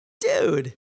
dude